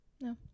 no